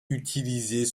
utiliser